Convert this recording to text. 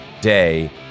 Day